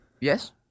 Yes